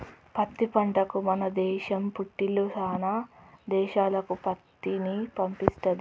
పత్తి పంటకు మన దేశం పుట్టిల్లు శానా దేశాలకు పత్తిని పంపిస్తది